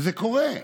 וזה קורה.